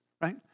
right